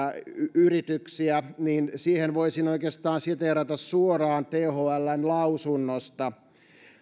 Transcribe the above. yrityksiä niin siihen voisin oikeastaan siteerata suoraan thln lausunnosta